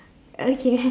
okay